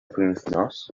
penwythnos